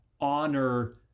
Honor